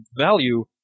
value